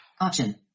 Option